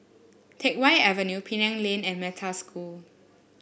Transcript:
Teck Whye Avenue Penang Lane and Metta School